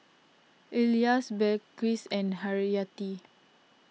Elyas Balqis and Haryati